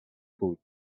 بود